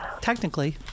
technically